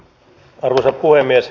arvoisa puhemies